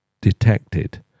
detected